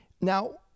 Now